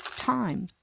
time,